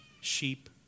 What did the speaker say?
Sheep